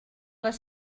les